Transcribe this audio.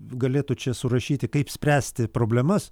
galėtų čia surašyti kaip spręsti problemas